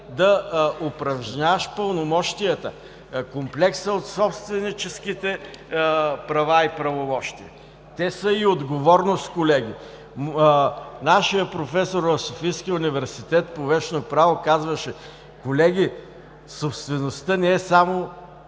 да упражняваш пълномощията, комплекса от собственическите права и правомощия. Те са и отговорност, колеги! Нашият професор в Софийския университет по вещно право казваше: „Колеги, собствеността не е само